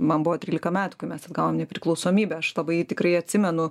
man buvo trylika metų kai mes atgavom nepriklausomybę aš labai tikrai atsimenu